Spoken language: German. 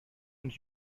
und